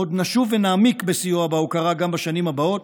עוד נשוב ונעמיק בסיוע ובהוקרה גם בשנים הבאות.